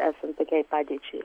esant tokiai padėčiai